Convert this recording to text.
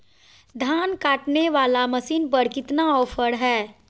धान काटने वाला मसीन पर कितना ऑफर हाय?